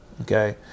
Okay